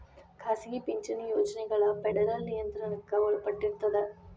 ಖಾಸಗಿ ಪಿಂಚಣಿ ಯೋಜನೆಗಳ ಫೆಡರಲ್ ನಿಯಂತ್ರಣಕ್ಕ ಒಳಪಟ್ಟಿರ್ತದ